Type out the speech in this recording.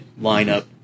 lineup